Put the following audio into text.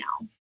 now